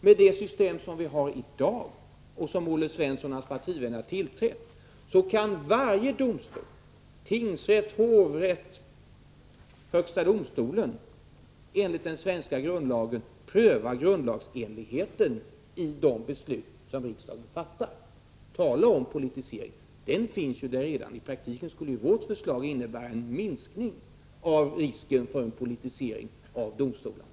Med det system som vi har i dag och som Olle Svensson och hans partivänner har biträtt kan varje domstol — tingsrätt, hovrätt, högsta domstolen — enligt den svenska grundlagen pröva grundlagsenligheten i de beslut som riksdagen fattar. Tala om politisering! Den finns där redan. I praktiken skulle vårt förslag innebära en minskning av risken för en politisering av domstolarna.